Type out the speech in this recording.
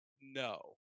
no